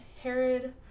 Herod